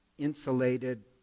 insulated